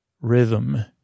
Rhythm